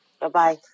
Bye-bye